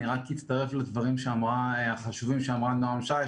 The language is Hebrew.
אני רק אצטרף לדברים החשובים שאמרה נועם שי,